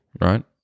right